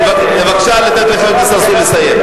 בבקשה לתת לחבר הכנסת צרצור לסיים.